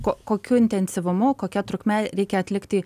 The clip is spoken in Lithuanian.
kokiu intensyvumu kokia trukme reikia atlikti